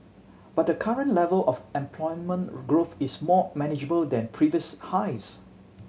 but the current level of employment growth is more manageable than previous highs